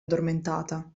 addormentata